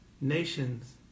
nations